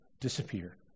disappear